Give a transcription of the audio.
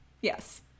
Yes